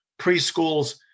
preschools